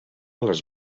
les